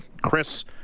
Chris